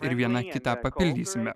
ir viena kitą papildysime